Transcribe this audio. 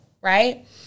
right